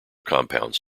compounds